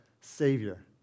Savior